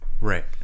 Right